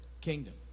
kingdom